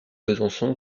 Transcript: besançon